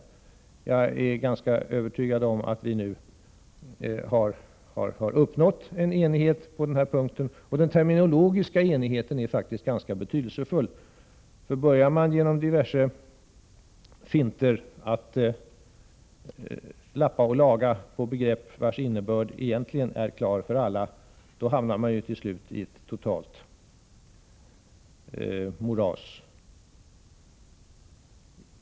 Jag är ganska övertygad om att vi nu har uppnått en enighet på den här punkten, och den terminologiska enigheten är faktiskt ganska betydelsefull. Börjar man genom diverse finter att lappa och laga i fråga om begrepp vilkas innebörd egentligen är klar för alla, hamnar man till slut i ett totalt moras.